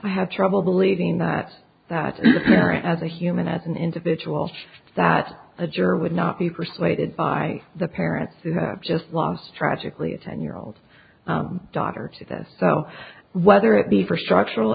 i had trouble believing that that as a human as an individual that a jury would not be persuaded by the parents just lost tragically a ten year old daughter to this so whether it be for structural